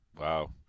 Wow